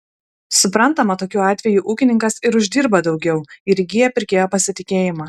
suprantama tokiu atveju ūkininkas ir uždirba daugiau ir įgyja pirkėjo pasitikėjimą